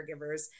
caregivers